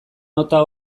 nota